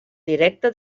directa